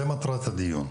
זה מטרת הדיון,